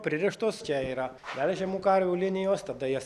pririštos čia yra melžiamų karvių linijos tada jas